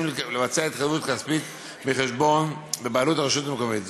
לבצע התחייבות כספית מחשבון בבעלות הרשות המקומית,